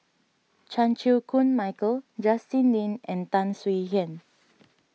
Chan Chew Koon Michael Justin Lean and Tan Swie Hian